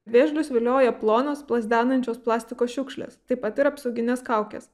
vėžius vilioja plonos plazdenančios plastiko šiukšlės taip pat ir apsauginės kaukės